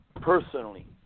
personally